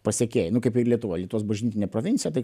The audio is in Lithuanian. pasekėjai kaip ir lietuvoj lietuvos bažnytinė provincija tai